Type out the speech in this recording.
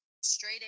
straight